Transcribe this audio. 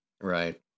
Right